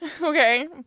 okay